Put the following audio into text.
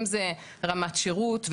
אם זה רמת שירות,